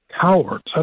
cowards